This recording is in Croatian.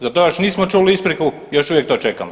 Za to još nismo čuli ispriku i još uvijek to čekamo.